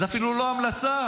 זה אפילו לא המלצה.